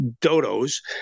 dodos